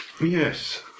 Yes